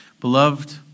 Beloved